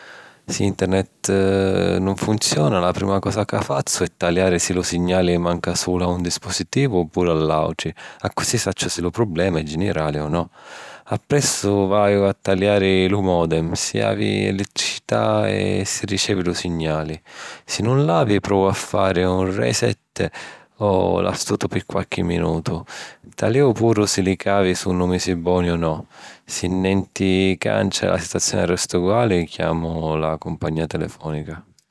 Si Internet nun funziona, la prima cosa ca fazzu è taliari si lu signali manca sulu a un dispositivu o puru a l’àutri. Accussì sacciu si lu problema è generali o no. Appressu vaiu a taliari lu modem, si havi elettricità e si ricevi lu signali. Si nun l’havi, provu a fari un reset o l’astutu pi qualchi minutu. Taliu puru si li cavi sunnu misi boni o no. Si nenti cancia e la situazioni resta uguali, chiamu la cumpagnìa telefònica.